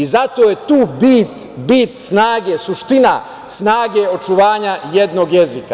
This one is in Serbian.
I zato je tu bit snage, suština snage očuvanja jednog jezika.